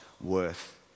worth